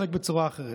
חלק בצורה אחרת.